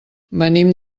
venim